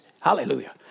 Hallelujah